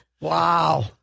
Wow